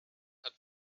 hat